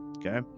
Okay